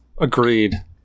Agreed